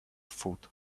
foot